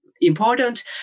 important